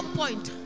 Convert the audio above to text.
point